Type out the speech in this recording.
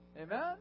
Amen